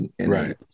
Right